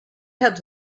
had